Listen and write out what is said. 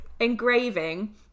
Engraving